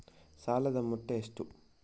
ಸಾಲದ ಮೊತ್ತ ಎಷ್ಟು?